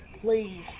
please